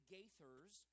Gaithers